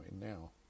Now